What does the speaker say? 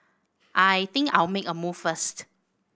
I think I'll make a move first